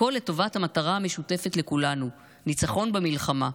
הכול לטובת המטרה המשותפת לכולנו: ניצחון במלחמה.